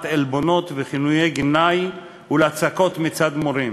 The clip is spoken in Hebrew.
עלבונות וכינויי גנאי ולהצקות מצד מורים,